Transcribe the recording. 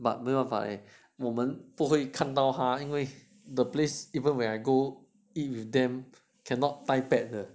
but 没有办法啦我们不会看到他因为 the place even when I go in eat with them cannot 带 pets 的